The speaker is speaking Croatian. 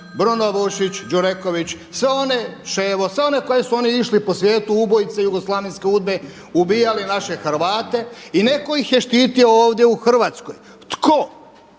Bruno Bušić, Đureković sve one … koji su oni išli po svijetu ubojice jugoslavenske UDBA-e i ubijali naše Hrvate i neko ih je štitio ovdje u Hrvatskoj. Tko?